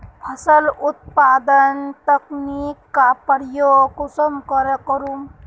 फसल उत्पादन तकनीक का प्रयोग कुंसम करे करूम?